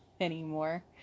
anymore